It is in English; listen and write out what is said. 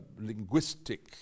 linguistic